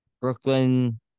Brooklyn